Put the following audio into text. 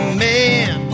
man